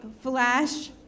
flash